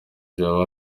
byaba